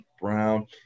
Brown